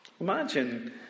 Imagine